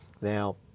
Now